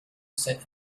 set